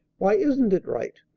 why isn't it right,